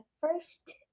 first